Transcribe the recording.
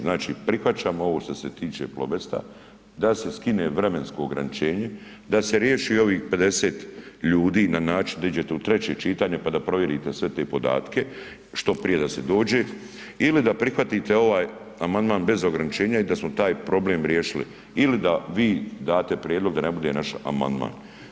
Znači prihvaćam ovo što se tiče „Plobesta“, da se skine vremensko ograničenje, da se riješi ovih 50 ljudi na način da iđete u treće čitanje pa da provjerite sve te podatke što prije da se dođe ili da prihvatite ovaj amandman bez ograničenja i da smo taj problem riješili ili da vi date prijedlog da ne bude naš amandman.